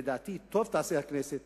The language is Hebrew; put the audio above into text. לדעתי, טוב תעשה הכנסת